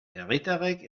herritarrek